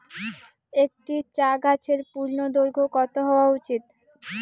একটি চা গাছের পূর্ণদৈর্ঘ্য কত হওয়া উচিৎ?